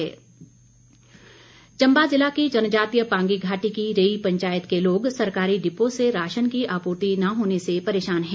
रेई पंचायत चंबा ज़िला की जनजातीय पांगी घाटी की रेई पंचायत के लोग सरकारी डिपो से राशन की आपूर्ति न होने से परेशान हैं